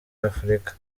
afurika